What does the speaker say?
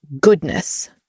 goodness